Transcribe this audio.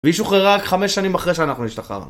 והיא שוחררה רק 5 שנים אחרי שאנחנו השתחררנו